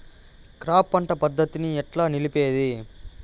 Crop పంట పద్ధతిని ఎట్లా నిలిపేది?